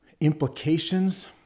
implications